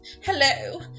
hello